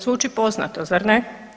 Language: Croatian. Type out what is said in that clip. Zvuči poznato, zar ne?